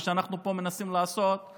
מה שאנחנו מנסים לעשות פה